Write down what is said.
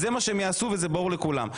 זה מה שהם יעשו וזה ברור לכולם.